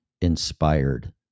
inspired